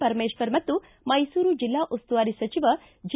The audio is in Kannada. ಪರಮೇಶ್ವರ್ ಮತ್ತು ಮೈಸೂರು ಜಿಲ್ಲಾ ಉಸ್ತುವಾರಿ ಸಚಿವ ಜಿ